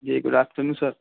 جی good afternoon نون سر